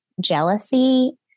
jealousy